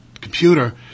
computer